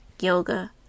yoga